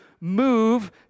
move